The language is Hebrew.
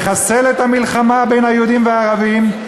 לחסל את המלחמה בין היהודים והערבים,